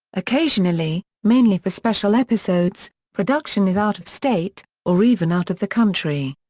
occasionally, mainly for special episodes, production is out of state, or even out of the country.